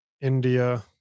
India